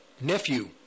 nephew